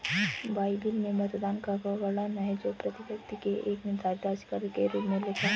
Bible में मतदान कर का वर्णन है जो प्रति व्यक्ति एक निर्धारित राशि कर के रूप में लेता है